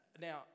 Now